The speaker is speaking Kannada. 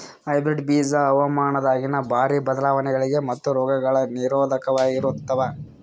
ಹೈಬ್ರಿಡ್ ಬೀಜ ಹವಾಮಾನದಾಗಿನ ಭಾರಿ ಬದಲಾವಣೆಗಳಿಗ ಮತ್ತು ರೋಗಗಳಿಗ ನಿರೋಧಕವಾಗಿರುತ್ತವ